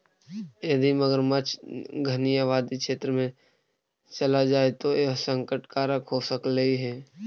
यदि मगरमच्छ घनी आबादी क्षेत्र में चला जाए तो यह संकट कारक हो सकलई हे